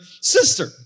sister